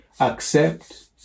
accept